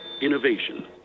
Innovation